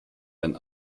ein